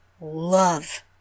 love